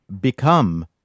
become